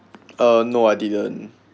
uh no I didn't